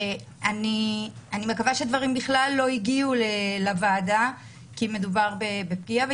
אני מקווה שהדברים בכלל לא הגיעו לוועדה כי מדובר בפגיעה.